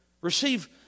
receive